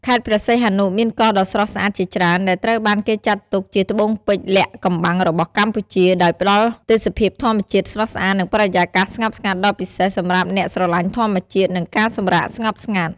ខេត្តព្រះសីហនុមានកោះដ៏ស្រស់ស្អាតជាច្រើន ដែលត្រូវបានគេចាត់ទុកជាត្បូងពេជ្រលាក់កំបាំងរបស់កម្ពុជា ដោយផ្ដល់ទេសភាពធម្មជាតិស្រស់ស្អាត និងបរិយាកាសស្ងប់ស្ងាត់ដ៏ពិសេសសម្រាប់អ្នកស្រឡាញ់ធម្មជាតិ និងការសម្រាកស្ងប់ស្ងាត់។